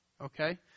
okay